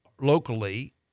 locally